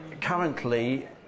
currently